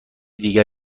دیگر